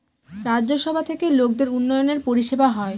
রাজ্য সভা থেকে লোকদের উন্নয়নের পরিষেবা হয়